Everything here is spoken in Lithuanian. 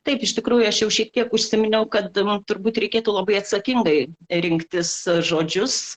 taip iš tikrųjų aš jau šiek tiek užsiminiau kad mum turbūt reikėtų labai atsakingai rinktis žodžius